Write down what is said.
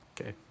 okay